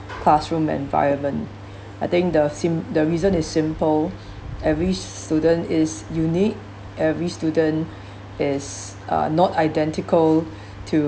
classroom environment I think the sim~ the reason is simple every student is unique every student is uh not identical to